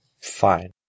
Fine